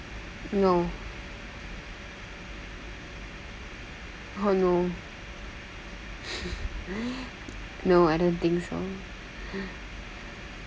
no oh no no I don't think so